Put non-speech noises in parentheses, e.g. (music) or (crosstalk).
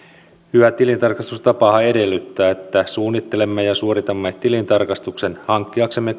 hyvä tilintarkastustapahan edellyttää että suunnittelemme ja suoritamme tilintarkastuksen hankkiaksemme (unintelligible)